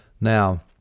Now